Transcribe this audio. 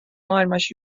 maailmas